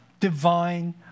divine